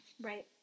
Right